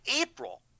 April